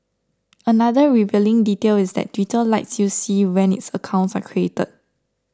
another revealing detail is that Twitter lets you see when its accounts are created